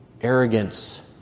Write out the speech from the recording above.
arrogance